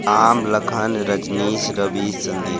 Ram Lakhan Rajneesh Ravi Sandeep